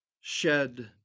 shed